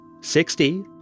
Sixty